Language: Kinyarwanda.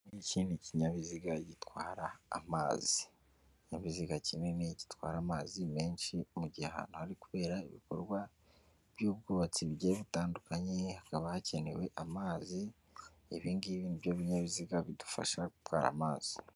Iki ni kinyabiziga gitwara amazi ikinyabiziga kinini gitwara amazi menshi mu gihe ahantu hari kubera ibikorwa by'ubwubatsi bigiye bitandukanye hakaba hakenewe amazi ibingibi nibyo binyabiziga bidufasha gutwara amazi.